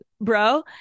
bro